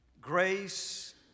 grace